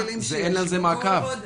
אין על זה מעקב.